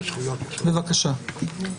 בבקשה.